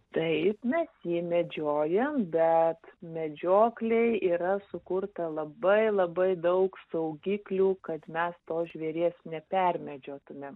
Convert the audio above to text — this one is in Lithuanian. taip mes jį medžiojam bet medžioklėj yra sukurta labai labai daug saugiklių kad mes to žvėries nepermedžiotumėm